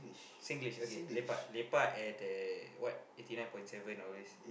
Singlish okay lepak lepak at the what eighty nine point seven always